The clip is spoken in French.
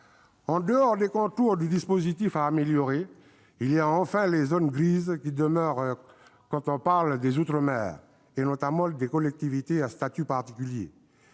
En dehors des contours de dispositifs à améliorer, il y a enfin les zones grises qui demeurent quand on parle des outre-mer, notamment des collectivités à statut particulier.